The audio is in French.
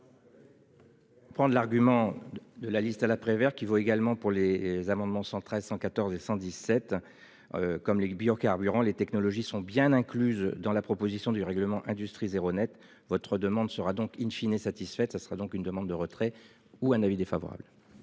Prendre l'argument de la liste à la Prévert qui vaut également pour les amendements 113 114 et 117. Comme les biocarburants. Les technologies sont bien incluses dans la proposition du règlement industrie zéro Net votre demande sera donc in fine est satisfaite, ça sera donc une demande de retrait ou un avis défavorable.